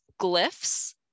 glyphs